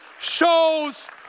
shows